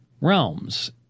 realms